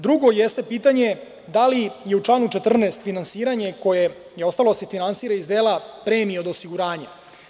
Drugo jeste pitanje - da li je u članu 14. finansiranje koje je ostalo da se finansira iz dela premija od osiguranja?